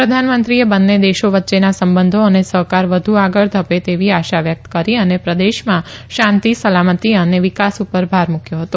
પ્રધાનમંત્રીએ બંને દેશો વચ્ચેના સંબંધો અને સહકાર વધુ આગળ ધપે તેવી આશા વ્યકત કરી અને પ્રદેશમાં શાંતિ સલામતિ અને વિકાસ પર ભાર મુકચો હતો